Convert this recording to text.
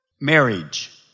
Marriage